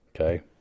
Okay